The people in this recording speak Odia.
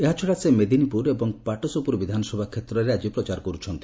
ଏହାଛଡ଼ା ସେ ମେଦିନିପୁର ଏବଂ ପାଟଶପୁର ବିଧାନସଭା କ୍ଷେତ୍ରରେ ଆଜି ପ୍ରଚାର କରୁଛନ୍ତି